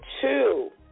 two